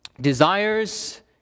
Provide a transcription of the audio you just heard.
desires